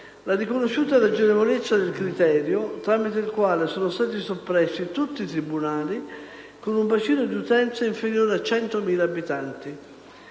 la riconosciuta ragionevolezza del criterio tramite il quale sono stati soppressi tutti i tribunali con un bacino di utenza inferiore a 100.000 abitanti.